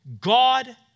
God